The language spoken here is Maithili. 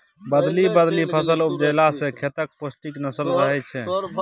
बदलि बदलि फसल उपजेला सँ खेतक पौष्टिक बनल रहय छै